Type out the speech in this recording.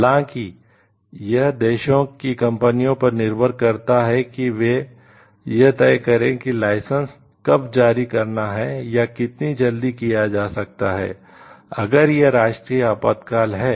हालांकि यह देशों की कंपनियों पर निर्भर करता है कि वे यह तय करें कि लाइसेंस कब जारी करना है या कितनी जल्दी किया जा सकता है अगर यह राष्ट्रीय आपातकाल है